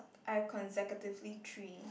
I have consecutively three